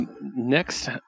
Next